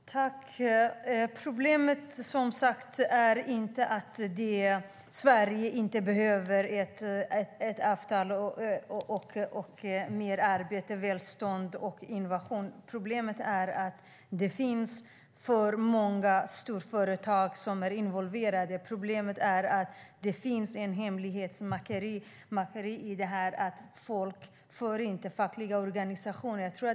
Herr talman! Problemet är som sagt inte att Sverige inte behöver ett handelsavtal, mer arbete, välstånd och innovation. Problemet är att det finns för många storföretag som är involverade och att det finns ett hemlighetsmakeri.